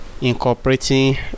incorporating